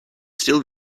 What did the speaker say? still